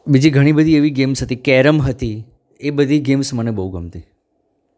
બીજી ઘણી બધી એવી ગેમ્સ હતી કેરમ હતી એ બધી ગેમ્સ મને બહુ ગમતી